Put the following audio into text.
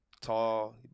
tall